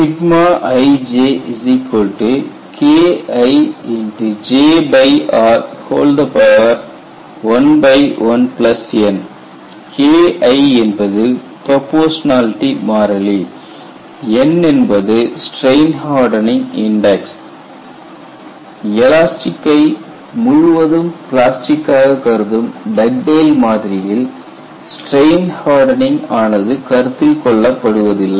ij ki11n ki என்பது proportionality மாறிலி n என்பது ஸ்ட்ரெயின் ஹர்டனிங் இன்டெக்ஸ் எலாஸ்டிக்கை முழுவதும் பிளாஸ்டிக் ஆக கருதும் டக்டேல் மாதிரியில் ஸ்ட்ரெயின் ஹர்டனிங் ஆனது கருத்தில் கொள்ளப்படுவதில்லை